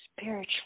spiritually